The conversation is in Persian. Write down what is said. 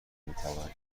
میتوانند